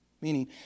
Meaning